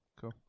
Cool